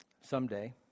someday